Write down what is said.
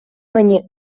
мені